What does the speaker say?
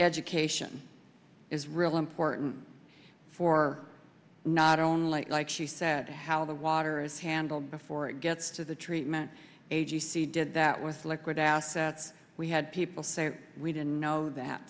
education is really important for not only like she said how the water is handled before it gets to the treatment a g c did that with liquid assets we had people say we didn't know that